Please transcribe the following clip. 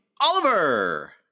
Oliver